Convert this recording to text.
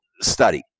study